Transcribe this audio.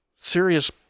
serious